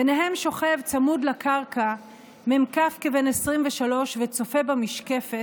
ביניהם שוכב צמוד לקרקע מ"כ כבן 23 וצופה במשקפת.